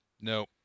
No